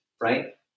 Right